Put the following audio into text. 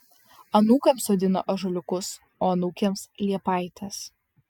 anūkams sodina ąžuoliukus o anūkėms liepaites